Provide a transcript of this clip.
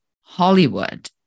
Hollywood